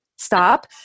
Stop